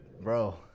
Bro